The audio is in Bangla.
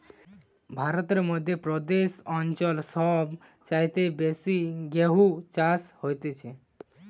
ভারতের মধ্য প্রদেশ অঞ্চল সব চাইতে বেশি গেহু চাষ হতিছে